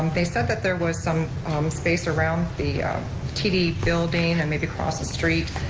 um they said that there was some space around the t d. building, and maybe across the street.